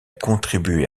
contribué